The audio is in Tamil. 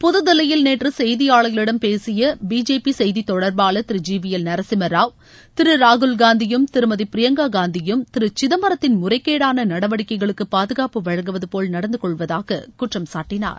புதுதில்லியில் நேற்று புதுதில்லியில் செய்தியாளர்களிடம் பேசிய பிஜேபி செய்தி தொடர்பாளர் திரு ஜி வி எல் நரசிம்மராவ் திரு ராகுல்காந்தியும் திருமதி பிரியங்கா காந்தியும் திரு சிதம்பரத்தின் முறைகேடான நடவடிக்கைகளுக்கு பாதுகாப்பு வழங்குவது போல் நடந்துகொள்வதாக குற்றம்சாட்டினார்